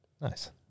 Nice